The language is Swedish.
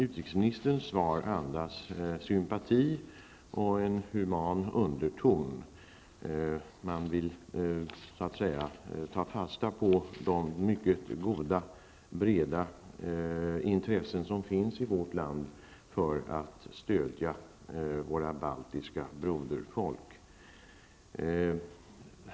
Utrikesministerns svar andas sympati och det har en human underton. Man vill så att säga ta fasta på det mycket goda och breda intresse som finns i vårt land för att stödja våra baltiska broderfolk.